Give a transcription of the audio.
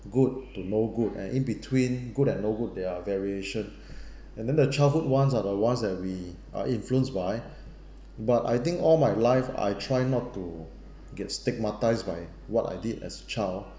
good to no good and in between good and no good there are variation and then the childhood ones are the ones that we are influenced by but I think all my life I try not to get stigmatised by what I did as a child